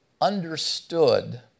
understood